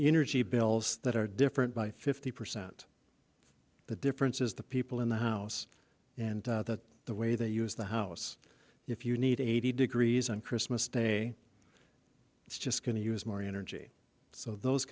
energy bills that are different by fifty percent the difference is the people in the house and that the way they use the house if you need eighty degrees on christmas day it's just going to use more energy so those